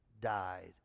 died